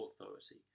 authority